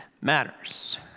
matters